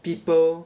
people